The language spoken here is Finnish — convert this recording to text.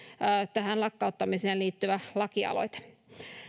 tähän lakkauttamiseen liittyvä lakialoite